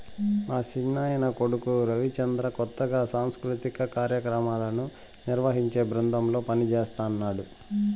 మా చిన్నాయన కొడుకు రవిచంద్ర కొత్తగా సాంస్కృతిక కార్యాక్రమాలను నిర్వహించే బృందంలో పనిజేస్తన్నడు